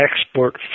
export